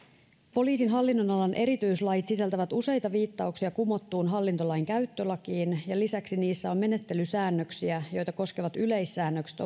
poliisin hallinnonalan erityislait sisältävät useita viittauksia kumottuun hallintolainkäyttölakiin ja lisäksi niissä on menettelysäännöksiä joita koskevat yleissäännökset